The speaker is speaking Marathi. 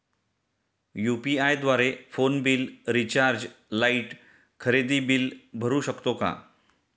यु.पी.आय द्वारे फोन बिल, रिचार्ज, लाइट, खरेदी बिल भरू शकतो का?